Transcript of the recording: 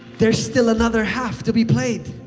there's still another half to be played.